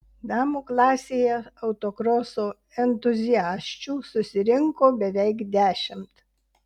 damų klasėje autokroso entuziasčių susirinko beveik dešimt